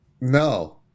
No